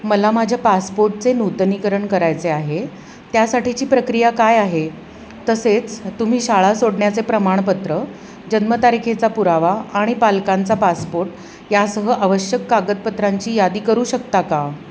मला माझ्या पासपोटचे नूतनीकरण करायचे आहे त्यासाठीची प्रक्रिया काय आहे तसेच तुम्ही शाळा सोडण्याचे प्रमाणपत्र जन्मतारखेचा पुरावा आणि पालकांचा पासपोट या सह आवश्यक कागदपत्रांची यादी करू शकता का